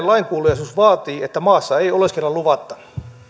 lainkuuliaisuus vaatii että maassa ei oleskella luvatta